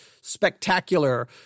spectacular